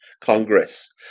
Congress